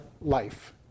life